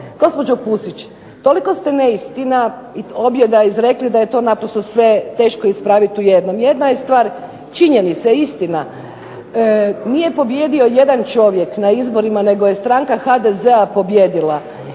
Gospođo Pusić, toliko ste neistina i objeda izrekli da je to naprosto sve teško ispraviti u jednom. Jedna je stvar činjenica, istina, nije pobijedio jedan čovjek na izborima, nego je stranka HDZ-a pobijedila